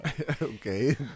Okay